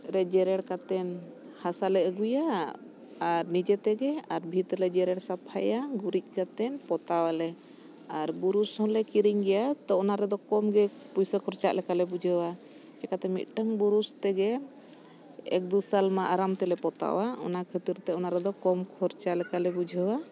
ᱨᱮ ᱡᱮᱨᱮᱲ ᱠᱟᱛᱮᱫ ᱦᱟᱥᱟ ᱞᱮ ᱟᱹᱜᱩᱭᱟ ᱟᱨ ᱱᱤᱡᱮ ᱛᱮᱜᱮ ᱟᱨ ᱵᱷᱤᱛ ᱞᱮ ᱡᱮᱨᱮᱲ ᱥᱟᱯᱷᱟᱭᱟ ᱜᱩᱨᱤᱡ ᱠᱟᱛᱮ ᱯᱚᱛᱟᱣᱟᱞᱮ ᱟᱨ ᱵᱩᱨᱩᱥ ᱦᱚᱸᱞᱮ ᱠᱤᱨᱤᱧ ᱜᱮᱭᱟ ᱛᱚ ᱚᱱᱟ ᱨᱮᱫᱚ ᱠᱚᱢ ᱜᱮ ᱯᱚᱭᱥᱟ ᱠᱷᱚᱨᱪᱟᱜ ᱞᱮᱠᱟᱞᱮ ᱵᱩᱡᱷᱟᱹᱣᱟ ᱪᱤᱠᱟᱹᱛᱮ ᱢᱤᱫᱴᱟᱝ ᱵᱩᱨᱩᱥ ᱛᱮᱜᱮ ᱮᱠ ᱫᱩ ᱥᱟᱞ ᱢᱟ ᱟᱨᱟᱢ ᱛᱮᱞᱮ ᱯᱚᱛᱟᱣᱼᱟ ᱚᱱᱟ ᱠᱷᱟᱹᱛᱤᱨ ᱛᱮ ᱚᱱᱟ ᱨᱮᱫᱚ ᱠᱚᱢ ᱠᱷᱚᱨᱪᱟ ᱞᱮᱠᱟᱞᱮ ᱵᱩᱡᱷᱟᱹᱣᱟ